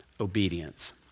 obedience